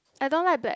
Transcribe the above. I don't like black